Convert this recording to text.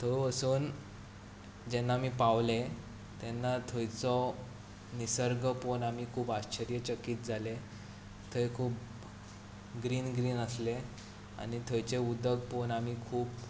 थंय वचून जेन्ना आमी पावले तेन्ना थंयचो निसर्ग पळोवन आमी खूब आश्चर्यचकीत जाले थंय खूब ग्रीन ग्रीन आसलें आनी थंयचें उदक पळोवन आमी खूब